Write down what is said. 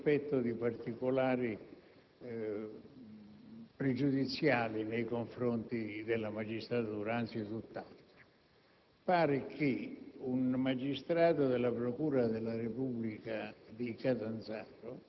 Presidente, volevo richiamare la sua attenzione sulle notizie di stampa di questa mattina